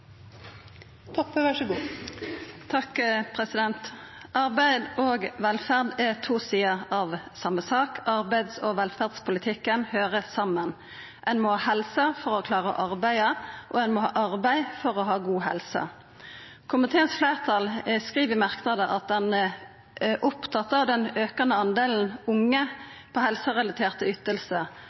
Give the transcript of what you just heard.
to sider av same sak. Arbeids- og velferdspolitikken høyrer saman. Ein må ha helse for å klara å arbeida, og ein må ha arbeid for å ha god helse. Fleirtalet i komiteen skriv i merknader at ein er opptatt av den aukande delen unge på